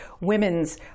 women's